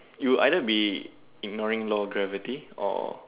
you either be ignoring law gravity or